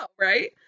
right